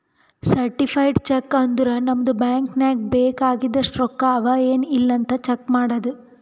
certified cheque ಅಂದುರ್ ನಮ್ದು bank ನಾಗ್ ಬೇಕ್ ಆಗಿದಷ್ಟು ರೊಕ್ಕಾ ಅವಾ ಎನ್ ಇಲ್ಲ್ ಅಂತ್ ಚೆಕ್ ಮಾಡದ್